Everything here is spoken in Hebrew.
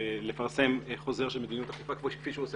לפרסם חוזר של מדיניות אכיפה כפי שהוא עושה